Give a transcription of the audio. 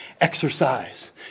Exercise